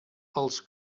els